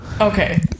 Okay